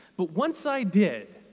but once i did,